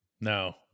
No